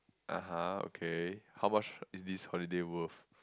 (uh huh) okay how much is this holiday worth